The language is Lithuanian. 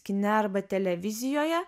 kine arba televizijoje